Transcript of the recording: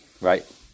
Right